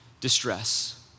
distress